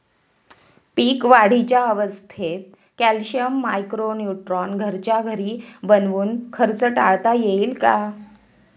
पीक वाढीच्या अवस्थेत calcium, micro neutron घरच्या घरी बनवून खर्च टाळता येईल का?